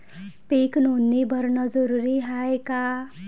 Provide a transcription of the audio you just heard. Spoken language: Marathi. पीक नोंदनी भरनं जरूरी हाये का?